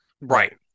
Right